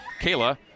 Kayla